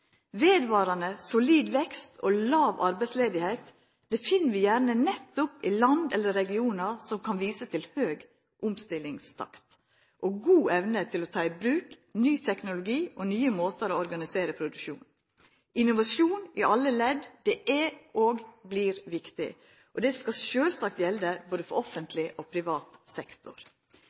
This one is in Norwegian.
Vedvarande solid vekst og låg arbeidsløyse finn vi gjerne nettopp i land eller regionar som kan visa til høg omstillingstakt og god evne til å ta i bruk ny teknologi og nye måtar å organisera produksjon. Innovasjon i alle ledd er og vert viktig. Det skal sjølvsagt gjelda for både offentleg og privat sektor.